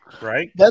right